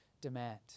demand